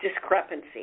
discrepancy